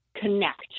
connect